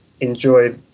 enjoy